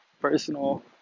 personal